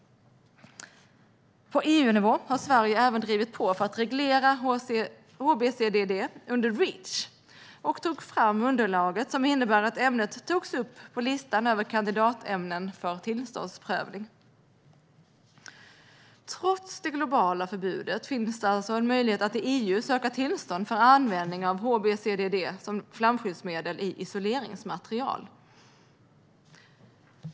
På EU-nivå har Sverige även drivit på för att reglera HBCDD under Reach och har tagit fram underlaget som innebär att ämnet har tagits upp på listan över kandidatämnen för tillståndsprövning. Trots det globala förbudet finns det alltså möjlighet att i EU söka tillstånd för användning av HBCDD som flamskyddsmedel i isoleringsmaterial.